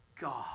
God